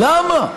למה?